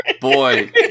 boy